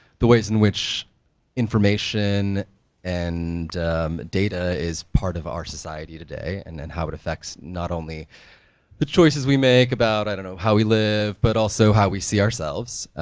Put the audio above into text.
the ways in which information and data is part of our society today, and then how it affects not only the choices we make about, i don't know, how we live, but also how we see ourselves,